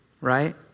right